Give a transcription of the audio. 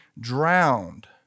drowned